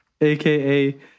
aka